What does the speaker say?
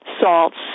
salts